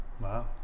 Wow